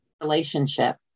relationship